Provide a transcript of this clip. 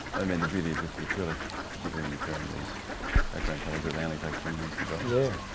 i mean the beauty with the acrylics particularly when preparing these background colors is they only take twenty minutes to dry. yeah.